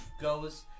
goes